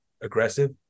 aggressive